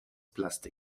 plastik